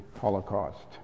Holocaust